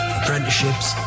apprenticeships